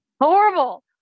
Horrible